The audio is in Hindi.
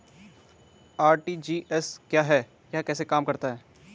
आर.टी.जी.एस क्या है यह कैसे काम करता है?